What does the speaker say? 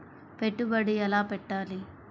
పెట్టుబడి ఎలా పెట్టాలి?